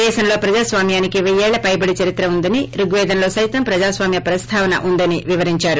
దేశంలో ప్రజాస్వామ్యానికి వెయ్యేళ్ళ పైబడి చరిత్ర ఉందని రుగ్వేదంలో స్తితం ప్రజాస్వామ్న ప్రస్తోవన ఉందని వివరించారు